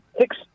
six